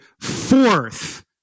fourth